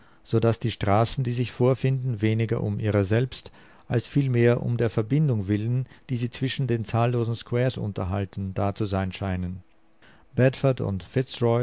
daß die straßen die sich vorfinden weniger um ihrer selbst als vielmehr um der verbindung willen die sie zwischen den zahllosen squares unterhalten da zu sein scheinen bedford und